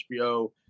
HBO